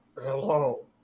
Hello